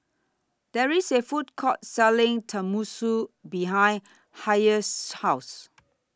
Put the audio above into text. There IS A Food Court Selling Tenmusu behind Hayes' House